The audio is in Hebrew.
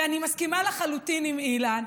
ואני מסכימה לחלוטין עם אילן,